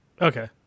Okay